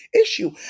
issue